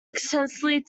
extensively